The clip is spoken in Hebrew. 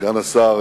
סגן השר